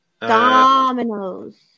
Dominoes